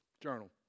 Journal